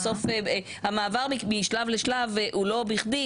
בסוף המעבר משלב לשלב הוא לא בכדי,